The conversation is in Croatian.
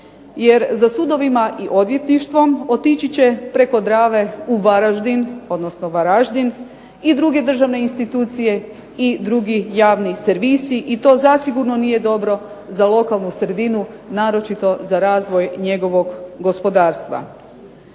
jer za sudovima i odvjetništvo otići će preko Drave u Varaždin i druge državne institucije i drugi javni servisi i to naročito nije dobro za lokalnu sredinu naročito za razvoj njegovog gospodarstva.